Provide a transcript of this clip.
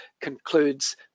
concludes